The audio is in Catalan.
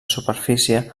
superfície